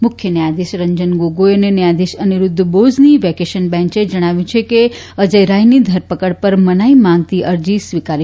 મુખ્ય ન્યાયાધીશ રંજન ગોગોઇ અને ન્યાયાધીશ અનિરૂદ્વ બોઝની વેકેશન બેન્ચે જણાવ્યું કે અજય રાયની ધરપકડ પર મનાઇ માંગતી અરજી સ્વીકારી શકાય નહીં